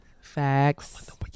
Facts